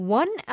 one